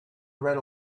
read